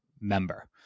member